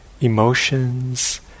Emotions